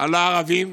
על הערבים.